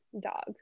dog